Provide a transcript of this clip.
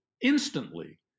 instantly